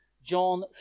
John